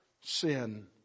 sin